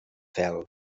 fel